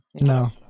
No